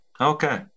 Okay